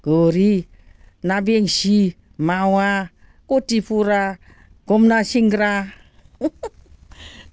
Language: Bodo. गोरि ना बेंसि मावा खथिफुरा खम ना सेंग्रा